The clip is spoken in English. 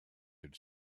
had